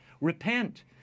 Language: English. Repent